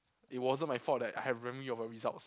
it wasn't my fault that I have memory of your result